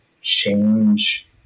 change